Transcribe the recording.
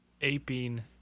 aping